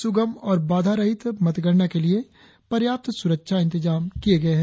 सुगम और बाधा रहित मतगणना के लिए पर्याप्त सुरक्षा इंतजाम किए गए हैं